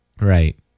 Right